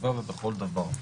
בסביבה ובכל דבר.